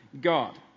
God